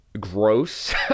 gross